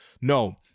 No